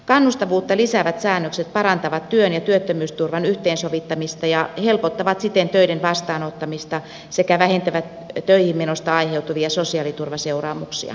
kannustavuutta lisäävät säännökset parantavat työn ja työttömyysturvan yhteensovittamista ja helpottavat siten töiden vastaanottamista sekä vähentävät töihin menosta aiheutuvia sosiaaliturvaseuraamuksia